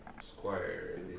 Squire